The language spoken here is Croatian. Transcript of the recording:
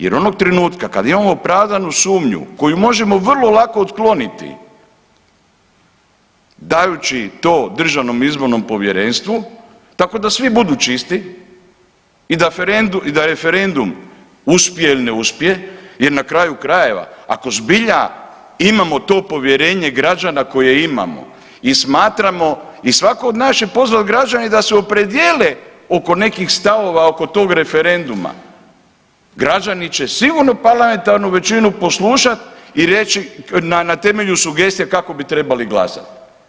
Jer onog trenutka kad imamo opravdanu sumnju koju možemo vrlo lako otkloniti dajući to DIP-u tako da svi budu čisti i da referendum uspije ili ne uspije jer na kraju krajeva, ako zbilja imamo to povjerenje građana koje imamo i smatramo, i svatko od nas će pozvati građane da se opredijele oko nekih stavova oko tog referenduma, građani će sigurno parlamentarnu većinu poslušati i reći na temelju sugestija kako bi trebali glasati.